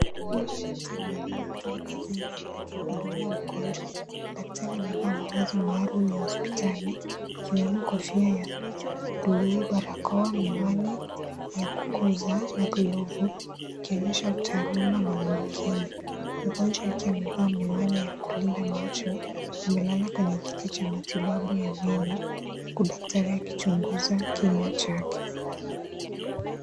Huyu ni daktari wa meno akiwa kazini, akimuhudumia mgonjwa, daktari amevaa mavazi maalum ya hospitali, ikiwemo kofia ya buluu, miwani, ya kukuza, na glovu, akionyesha utaalamu na umakin, mgonjwa akiwa amevaa miwani ya kukinga macho, amelala kwenye kiti cha matibabu ya meno, huku daktari akichunguza kinywa chake.